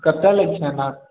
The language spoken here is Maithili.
कते लैके छै अनार